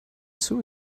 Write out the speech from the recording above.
too